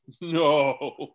no